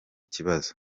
kibazo